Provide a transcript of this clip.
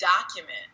document